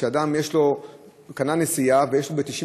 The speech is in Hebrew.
כשאדם קנה נסיעה ויש לו אפשרות,